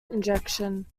injection